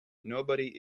nobody